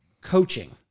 coaching